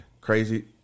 Crazy